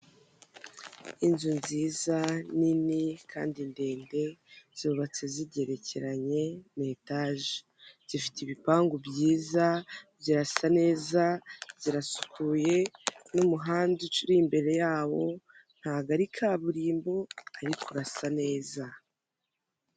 Inzu nziza nini kandi ndende zubatse zigerekeranye mu itaje, zifite ibipangu byiza zirasa neza zirasukuye n'umuhanda uri imbere y'abo ntago ari kaburimbo ariko urasa neza.